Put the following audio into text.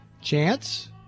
Chance